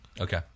Okay